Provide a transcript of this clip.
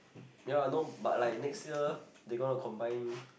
ya no but like next year they gonna combine